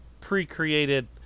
pre-created